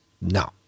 no